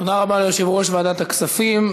תודה רבה ליושב-ראש ועדת הכספים.